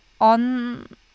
on